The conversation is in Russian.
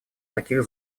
таких